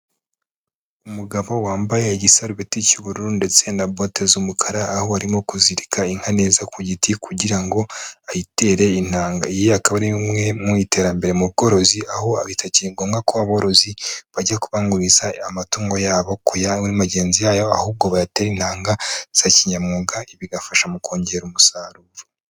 Umugabo wambaye igisarubeti cy'ubururu ndetse na bote z'umukara, aho arimo kuzirika inka neza ku giti kugira ngo ayitere intanga, iyi akaba ari imwe mu iterambere mu bworozi, aho bitakiri ngombwa ko aborozi bajya kubanguriza amatungo yabo kuya magenzi yayo, ahubwo bayatera intanga za kinyamwuga, bigafasha mu kongera umusaruro.